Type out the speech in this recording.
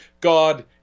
God